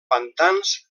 pantans